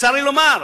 צר לי לומר,